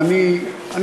אבל אני בעד.